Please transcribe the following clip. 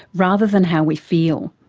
rather than how we feel.